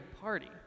party